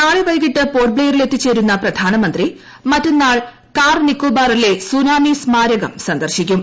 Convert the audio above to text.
നാളെ വൈകിട്ട് പോർട്ട് ബ്ലെയറിൽ എത്തിച്ചേരുന്ന പ്രധാനമന്ത്രി മറ്റെന്നാൾ കാർ നിക്കോബാറിലെ സുനാമി സ്മാരകം സന്ദർശിക്കും